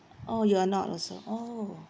oh you're not also oh